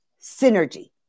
Synergy